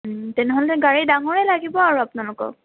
তেনেহ'লে গাড়ী ডাঙৰে লাগিব আৰু আপোনালোকক